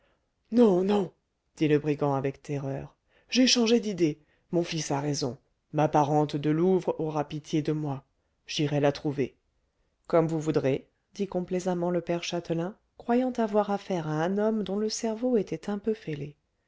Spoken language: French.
non non dit le brigand avec terreur j'ai changé d'idée mon fils a raison ma parente de louvres aura pitié de moi j'irai la trouver comme vous voudrez dit complaisamment le père châtelain croyant avoir affaire à un homme dont le cerveau était un peu fêlé